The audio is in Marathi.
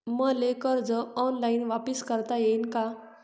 मले कर्ज ऑनलाईन वापिस करता येईन का?